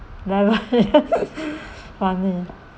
funny